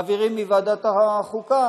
מעבירים מוועדת החוקה